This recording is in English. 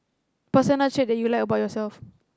personal trait that you like about yourself